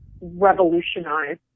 revolutionize